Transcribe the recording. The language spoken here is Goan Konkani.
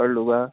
कळ तुका